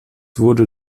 wurde